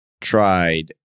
tried